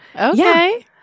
Okay